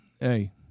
hey